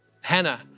Hannah